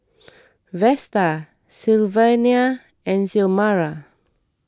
Vesta Sylvania and Xiomara